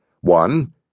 One